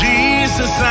Jesus